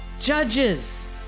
judges